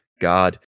God